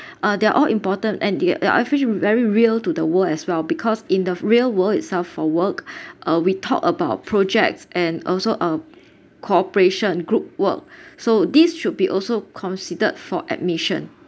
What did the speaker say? uh they're all important and the uh actually very real to the world as well because in the f~ real world itself for work uh we talked about projects and also uh cooperation group work so this should be also considered for admission